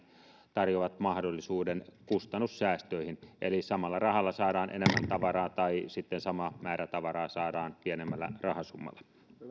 tarjoavat mahdollisuuden kustannussäästöihin eli samalla rahalla saadaan enemmän tavaraa tai sitten sama määrä tavaraa saadaan pienemmällä rahasummalla